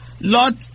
Lord